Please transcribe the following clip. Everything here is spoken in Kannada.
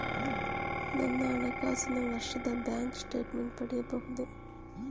ನನ್ನ ಹಣಕಾಸಿನ ವರ್ಷದ ಬ್ಯಾಂಕ್ ಸ್ಟೇಟ್ಮೆಂಟ್ ಪಡೆಯಬಹುದೇ?